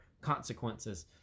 consequences